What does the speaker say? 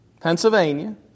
Pennsylvania